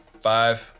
five